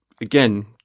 again